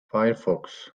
firefox